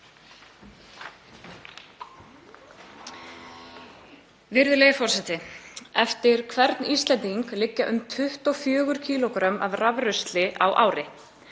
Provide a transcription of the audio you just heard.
Virðulegi forseti. Eftir hvern Íslending liggja um 24 kg af rafrusli á ári.